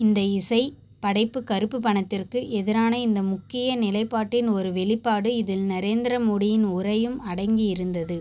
இந்த இசைப் படைப்பு கருப்புப் பணத்திற்கு எதிரான இந்த முக்கிய நிலைப்பாட்டின் ஒரு வெளிப்பாடு இதில் நரேந்திர மோடியின் உரையும் அடங்கியிருந்தது